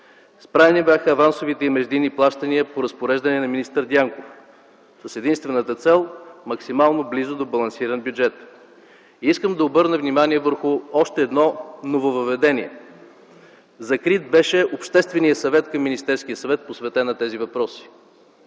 Спрени бяха авансовите и междинни плащания по разпореждане на министър Дянков с единствената цел „максимално близо до балансиран бюджет”. Искам да обърна внимание върху още едно нововъведение. Закрит беше Общественият съвет към Министерския съвет, посветен на тези въпроси.